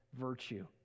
virtue